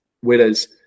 Whereas